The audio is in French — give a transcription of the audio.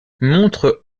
montre